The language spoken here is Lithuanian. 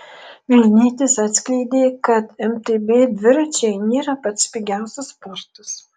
vilnietis atskleidė kad mtb dviračiai nėra pats pigiausias sportas